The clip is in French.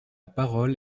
parole